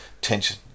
tension